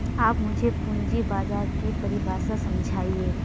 आप मुझे पूंजी बाजार की परिभाषा समझाइए